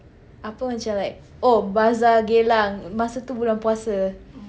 apa macam like oh bazaar Geylang masa tu bulan puasa